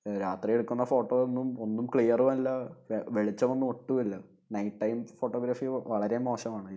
രാത്രി എടുക്കുന്ന ഫോട്ടോ ഒന്നും ഒന്നും ക്ലിയറും അല്ല വെളിച്ചമൊന്നും ഒട്ടുമില്ല നെയിറ്റ് ടൈം ഫോട്ടോഗ്രാഫിയൊക്കെ വളരെ മോശമാണ്